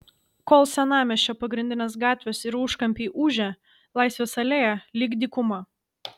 kol senamiesčio pagrindinės gatvės ir užkampiai ūžia laisvės alėja lyg dykuma